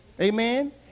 Amen